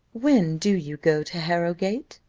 when do you go to harrowgate?